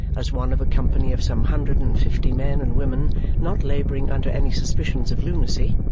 as one of a company of some hundred and fifty men and women not labouring under any suspicions of lunacy,